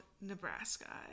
Nebraska